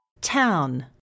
Town